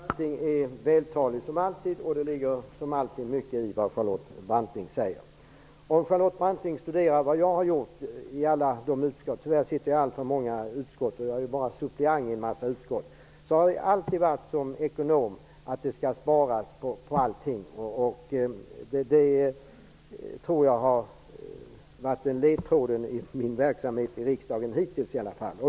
Herr talman! Charlotte Branting är som vanligt vältalig. Det ligger alltid mycket i vad hon säger. Men om Charlotte Branting studerar vad jag har gjort i de alla utskott som jag sitter med i -- tyvärr är det för många, men jag är bara suppleant -- finner hon att jag som ekonom alltid varit för att det skall sparas. Det tror jag i varje fall hittills har varit ledstjärnan för min verksamhet i riksdagen.